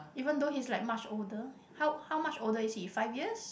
even though he's like much older how how much older is he five years